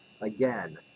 again